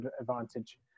advantage